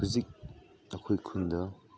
ꯍꯧꯖꯤꯛ ꯑꯩꯈꯣꯏ ꯈꯨꯟꯗ